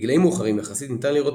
בגילאים מאוחרים יחסית ניתן לראות